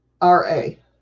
R-A